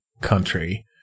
country